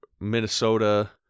Minnesota